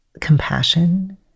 compassion